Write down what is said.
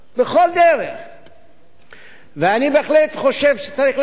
אני בהחלט חושב שצריך לגלות הבנה לתושבי הדרום.